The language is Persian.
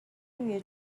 روی